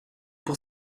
pour